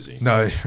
No